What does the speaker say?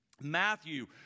Matthew